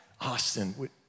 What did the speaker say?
Austin